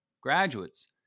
graduates